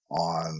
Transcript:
on